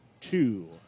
two